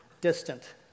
distant